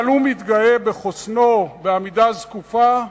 אבל הוא מתגאה בחוסנו, בעמידה זקופה,